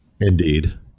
Indeed